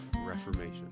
reformation